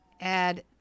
add